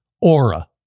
Aura